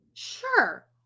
Sure